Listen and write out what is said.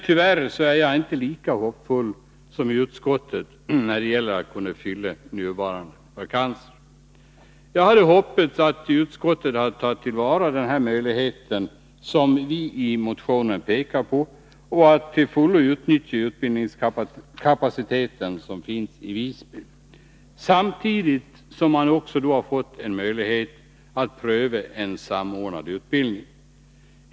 Tyvärr är jag inte lika hoppfull som utskottet när det gäller möjligheterna att fylla nuvarande vakanser. Jag hade hoppats att utskottet tagit till vara den möjlighet som vi i motionen pekat på att till fullo utnyttja den utbildningskapacitet som finns i Visby. Man hade då samtidigt fått en möjlighet att pröva en samordnad utbildning.